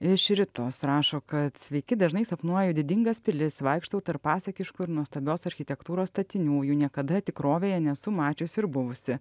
iš ritos rašo kad sveiki dažnai sapnuoju didingas pilis vaikštau tarp pasakiškų ir nuostabios architektūros statinių jų niekada tikrovėje nesu mačiusi ir buvusi